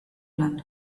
lan